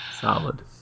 Solid